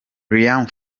liam